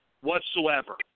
whatsoever